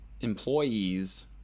employees